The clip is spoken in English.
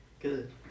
Good